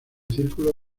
círculo